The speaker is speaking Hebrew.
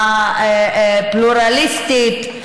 הפלורליסטית,